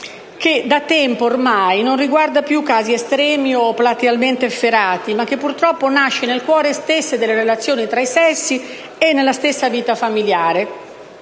da tempo non riguarda casi estremi o platealmente efferati, ma che purtroppo nasce nel cuore stesso della relazione tra i sessi e nella stessa vita familiare.